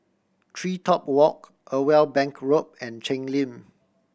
TreeTop Walk Irwell Bank Road and Cheng Lim